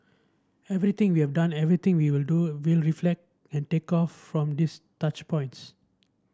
everything we have done everything we will do will reflect and take off from these touch points